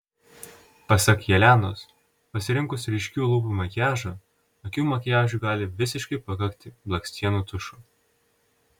pasak jelenos pasirinkus ryškių lūpų makiažą akių makiažui gali visiškai pakakti blakstienų tušo